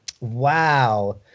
Wow